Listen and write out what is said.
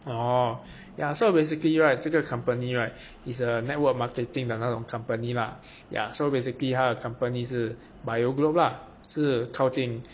orh yeah so basically right 这个 company right is a network marketing 的那种 company lah ya so basically 他的 company 是 by oglobe lah 是靠近